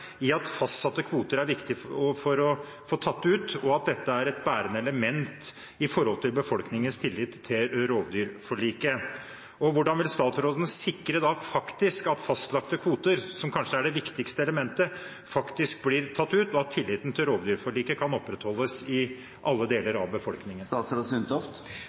i at fastsatte kvoter er viktig å få tatt ut, og at dette er et bærende element for befolkningens tillit til rovdyrforliket. Hvordan vil statsråden sikre at fastlagte kvoter, som kanskje er det viktigste elementet, faktisk blir tatt ut, og at tilliten til rovdyrforliket kan opprettholdes i alle deler av befolkningen?